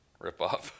ripoff